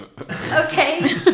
Okay